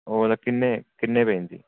और किन्ने किन्नें पेई जंदी